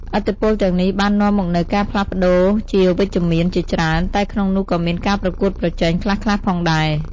ឥទ្ធិពលទាំងនេះបាននាំមកនូវការផ្លាស់ប្ដូរជាវិជ្ជមានជាច្រើន តែក្នុងនោះក៏មានការប្រកួតប្រជែងខ្លះៗផងដែរ។